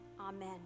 amen